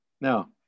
Now